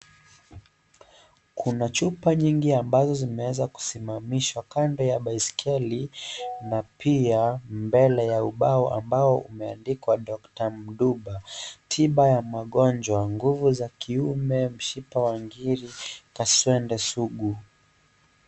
Kuna chupa nyingi ambazo zimeweza kusimamishwa kando ya baiskeli na pia mbele ya ubao ambao umeandikwa Dr. Mduba, tiba ya magonjwa, nguvu za kiume, mshipa wa ngiri, kaswende sugu.